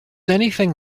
anything